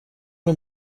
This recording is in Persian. اون